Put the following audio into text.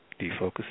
Defocus